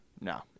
No